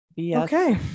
okay